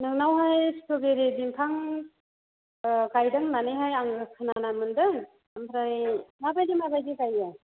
नोंनावहाय स्ट्र'बेरि बिफां गायदों होननानै हाय आङो खोनानो मोन्दों ओमफ्राय माबायदि माबायदि गायो